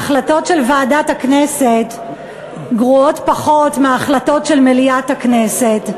ההחלטות של ועדת הכנסת גרועות פחות מהחלטות של מליאת הכנסת,